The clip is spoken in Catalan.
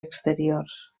exteriors